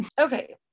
okay